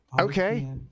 okay